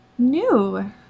new